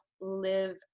live